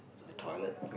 to the toilet